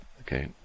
Okay